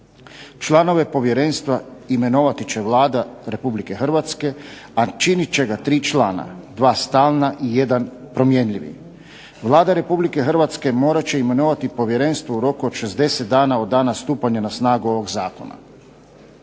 Članove Povjerenstva imenovat će Vlada Republike Hrvatske, a činiti će ih tri člana, dva stalna i jedan promjenjivi. Vlada Republike Hrvatske morat će imenovati Povjerenstvo u roku od 60 dana od dana stupanja na snagu ovog Zakona.